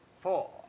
four